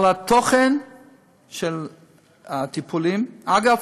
על התוכן של הטיפולים, אגב,